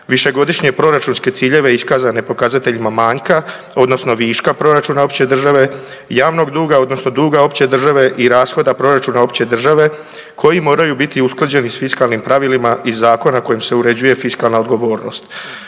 višegodišnje proračunske ciljeve iskazane pokazateljima manjka odnosno viška proračuna opće države, javnog duga odnosno duga opće države i rashoda proračuna opće države koji moraju biti usklađeni s fiskalnim pravilima i zakona kojim se uređuje fiskalna odgovornost,